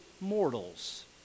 mortals